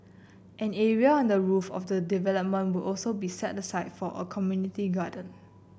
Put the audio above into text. an area on the roof of the development will also be set aside for a community garden